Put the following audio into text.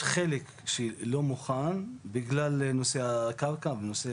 יש חלק שלא מוכן בגלל נושא הקרקע ונושא